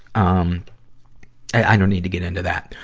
um i don't need to get into that.